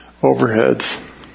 overheads